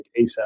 ASAP